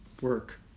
work